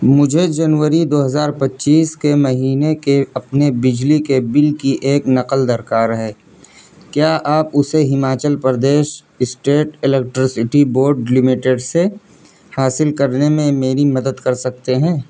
مجھے جنوری دو ہزار پچیس کے مہینے کے اپنے بجلی کے بل کی ایک نقل درکار ہے کیا آپ اسے Himachal Pradesh state electricity board limited سے حاصل کرنے میں میری مدد کر سکتے ہیں